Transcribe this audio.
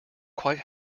quite